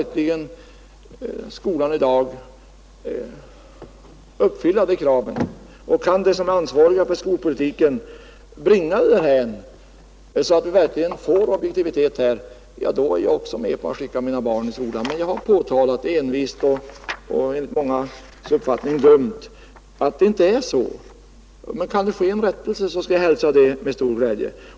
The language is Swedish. Kan skolan verkligen uppfylla de kraven och kan de som är ansvariga för skolpolitiken bringa det därhän att vi verkligen får objektivitet, då är jag också med på att skicka mina barn till skolan. Men jag har påtalat, envist och enligt mångas uppfattning dumt, att det inte är så nu. Kan det ske en rättelse hälsar jag emellertid det med stor glädje.